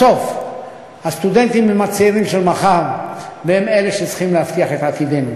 בסוף הסטודנטים הם הצעירים של מחר והם שצריכים להבטיח את עתידנו.